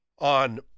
on